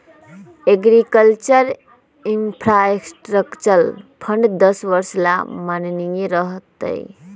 agriculture infrastructure fund दस वर्ष ला माननीय रह तय